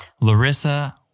Larissa